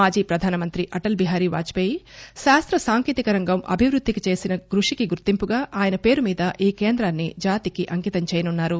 మాజీ ప్రధానమంత్రి అటల్ బిహారీ వాజ్ పేయి శాస్త సాంకేతిక రంగం అభివృద్దికి చేసిన కృషికి గుర్తింపుగా ఆయన పేరు మీద ఈ కేంద్రాన్ని జాతికి అంకితం చేయనున్నారు